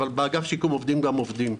אבל באגף השיקום יש גם עובדים.